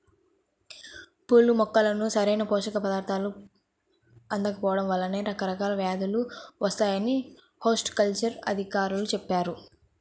పూల మొక్కలకు సరైన పోషక పదార్థాలు అందకపోడం వల్లనే రకరకాల వ్యేదులు వత్తాయని హార్టికల్చర్ అధికారులు చెప్పారు